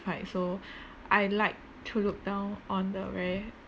height so I like to look down on the very